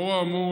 לאור האמור,